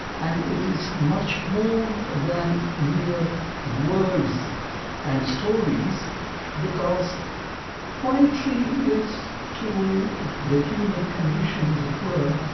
and it is much more than mere words and stories because poetry is to the human condition, as it were,